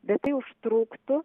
bet tai užtruktų